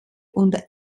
unter